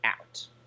out